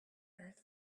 earth